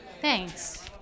Thanks